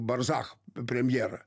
barzach premjerą